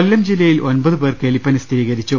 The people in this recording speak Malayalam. കൊല്ലം ജില്ലയിൽ ഒൻപത് പേർക്ക് എലിപ്പനി സ്ഥിരീകരിച്ചു